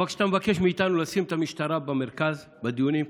אבל כשאתה מבקש מאיתנו לשים את המשטרה במרכז בדיונים כאן,